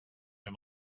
him